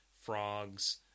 frogs